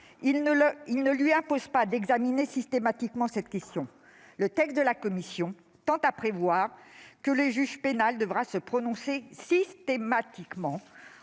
ils ne lui imposent pas d'examiner systématiquement cette question. Or le texte de la commission tend à prévoir que le juge pénal devra se prononcer systématiquement,